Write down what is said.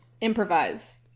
Improvise